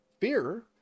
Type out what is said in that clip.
fear